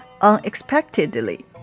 unexpectedly